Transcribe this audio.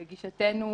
לגישתנו,